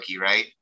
right